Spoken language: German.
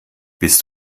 bist